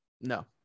No